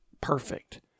perfect